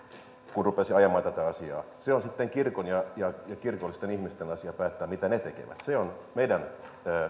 kun rupesin ajamaan tätä asiaa se on sitten kirkon ja ja kirkollisten ihmisten asia päättää mitä he tekevät se on meidän